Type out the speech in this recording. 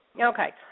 Okay